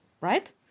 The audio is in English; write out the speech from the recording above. right